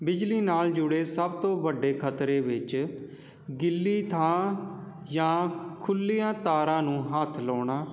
ਬਿਜਲੀ ਨਾਲ ਜੁੜੇ ਸਭ ਤੋਂ ਵੱਡੇ ਖਤਰੇ ਵਿੱਚ ਗਿੱਲੀ ਥਾਂ ਜਾਂ ਖੁੱਲ੍ਹੀਆਂ ਤਾਰਾਂ ਨੂੰ ਹੱਥ ਲਾਉਣਾ